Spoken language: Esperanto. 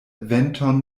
venton